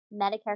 medicare